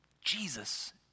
Jesus